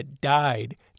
died